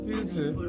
Future